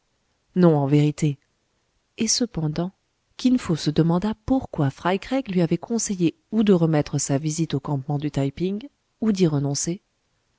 non en vérité et cependant kin fo se demanda pourquoi fry craig lui avaient conseillé ou de remettre sa visite au campement du taï ping ou d'y renoncer